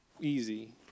Easy